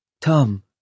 Tom